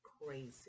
crazy